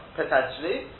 potentially